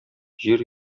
җир